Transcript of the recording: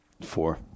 Four